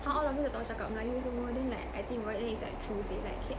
how all of you tak tahu cakap melayu semua then like I think about it like true seh like k~